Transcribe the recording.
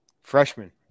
Freshman